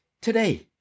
today